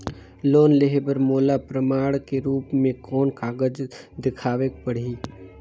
Loan लेहे बर मोला प्रमाण के रूप में कोन कागज दिखावेक पड़ही?